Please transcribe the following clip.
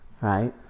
Right